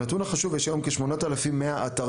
הנתון החשוב הוא שיש היום כ-8,100 אתרים,